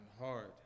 hard